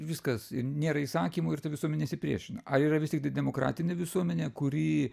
viskas i nėra įsakymų ir ta visuomene nesipriešina ar yra visi demokratinė visuomenė kurį